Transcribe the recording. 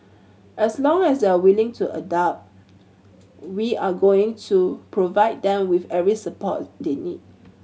as long as they are willing to adapt we are going to provide them with every support they need